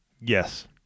Yes